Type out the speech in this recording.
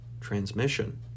Transmission